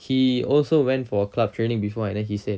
he also went for club training before and then he said